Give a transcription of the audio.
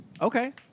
Okay